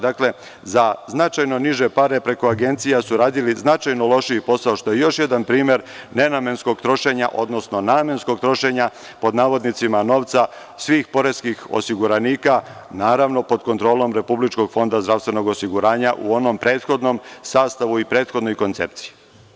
Dakle, za značajno niže pare preko agencija su radili značajno lošiji posao, što je još jedan primer nenamenskog trošenja, odnosno namenskog trošenja, pod navodnicima, novca svih poreskih osiguranika, naravno, pod kontrolom Republičkog fonda zdravstvenog osiguranja u onom prethodnom sastavu i prethodnoj koncepciji.